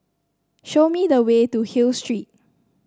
show me the way to Hill Street